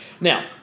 Now